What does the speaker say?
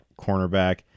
cornerback